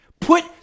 Put